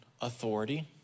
authority